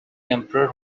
emperor